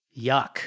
yuck